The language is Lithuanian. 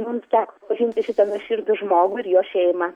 mums teko pažinti šitą nuoširdų žmogų ir jo šeimą